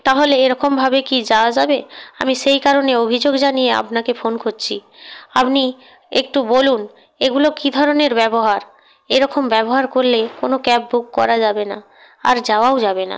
তাহলে এরকমভাবে কী যাওয়া যাবে আমি সেই কারণে অভিযোগ জানিয়ে আপনাকে ফোন করছি আপনি একটু বলুন এগুলো কী ধরনের ব্যবহার এরকম ব্যবহার করলে কোনও ক্যাব বুক করা যাবে না আর যাওয়াও যাবে না